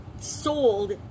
sold